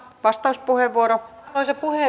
arvoisa puhemies